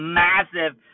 massive